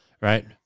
Right